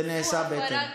זה נעשה בהתאם.